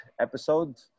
episode